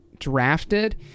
Drafted